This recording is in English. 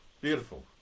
Beautiful